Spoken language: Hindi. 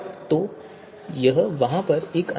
तो यह वहाँ पर एक अंतर है